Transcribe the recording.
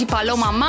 Paloma